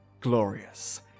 glorious